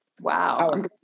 Wow